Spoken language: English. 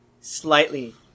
slightly